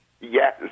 Yes